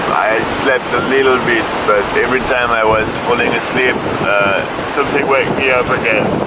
slept a little bit but every time i was falling asleep something wake me up again